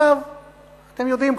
אתם יודעים,